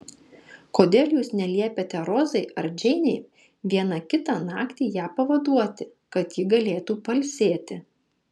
kodėl jūs neliepiate rozai ar džeinei vieną kitą naktį ją pavaduoti kad ji galėtų pailsėti